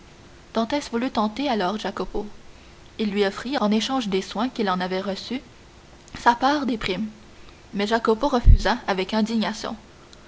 voulut tenter alors jacopo il lui offrit en échange des soins qu'il en avait reçus sa part des primes mais jacopo refusa avec indignation